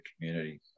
communities